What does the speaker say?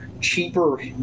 cheaper